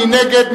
מי נגד?